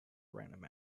random